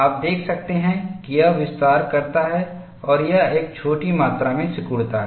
आप देख सकते हैं कि यह विस्तार करता है और यह एक छोटी मात्रा में सिकुड़ता है